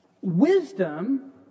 Wisdom